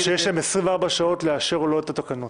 שיש להם 24 שעות לאשר או לא את התקנות.